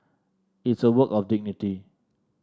it's a work of dignity